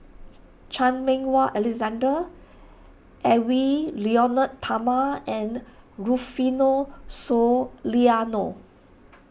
Chan Meng Wah Alexander Edwy Lyonet Talma and Rufino Soliano